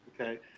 Okay